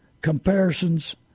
comparisons